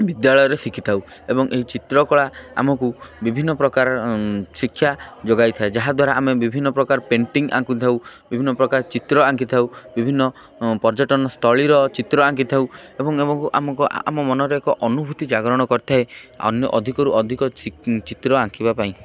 ବିଦ୍ୟାଳୟରେ ଶିଖିଥାଉ ଏବଂ ଏହି ଚିତ୍ରକଳା ଆମକୁ ବିଭିନ୍ନ ପ୍ରକାର ଶିକ୍ଷା ଯୋଗାଇଥାଏ ଯାହାଦ୍ୱାରା ଆମେ ବିଭିନ୍ନ ପ୍ରକାର ପେଣ୍ଟିଂ ଆଙ୍କିଥାଉ ବିଭିନ୍ନ ପ୍ରକାର ଚିତ୍ର ଆଙ୍କିଥାଉ ବିଭିନ୍ନ ପର୍ଯ୍ୟଟନସ୍ଥଳୀର ଚିତ୍ର ଆଙ୍କିଥାଉ ଏବଂ ଆମକୁ ଆମ ମନରେ ଏକ ଅନୁଭୂତି ଜାଗରଣ କରିଥାଏ ଅନ୍ୟ ଅଧିକରୁ ଅଧିକ ଚିତ୍ର ଆଙ୍କିବା ପାଇଁ